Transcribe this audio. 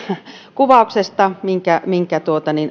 kuvauksesta minkä minkä